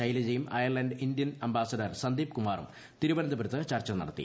ശൈലജയും Ireland Indian ambassador Sandeep കുമാറും തിരുവനന്തപുരത്ത് ചർച്ച നടത്തി